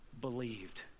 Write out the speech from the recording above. Believed